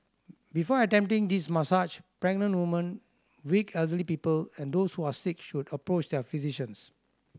before attempting this massage pregnant women weak elderly people and those who are sick should approach their physicians